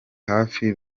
hafi